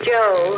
Joe